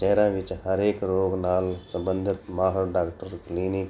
ਸ਼ਹਿਰਾਂ ਵਿੱਚ ਹਰੇਕ ਰੋਗ ਨਾਲ ਸੰਬੰਧਿਤ ਮਾਹਰ ਡਾਕਟਰ ਕਲੀਨਿਕ